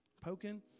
Poking